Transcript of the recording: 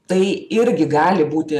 tai irgi gali būti